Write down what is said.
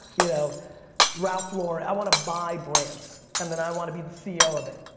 you know ralph lauren, i wanna buy brands. and then i want to be the ceo of it.